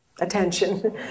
attention